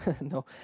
no